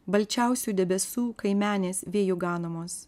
balčiausių debesų kaimenės vėjų ganomos